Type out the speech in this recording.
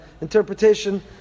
interpretation